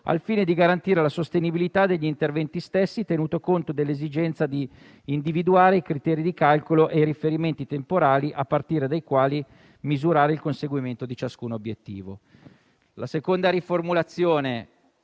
al fine di garantire la sostenibilità degli interventi stessi, tenuto conto dell'esigenza di individuare i criteri di calcolo e i riferimenti temporali a partire dai quali misurare il conseguimento di ciascun obiettivo; 2) a continuare